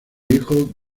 hijo